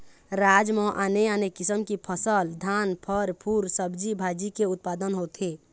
राज म आने आने किसम की फसल, धान, फर, फूल, सब्जी भाजी के उत्पादन होथे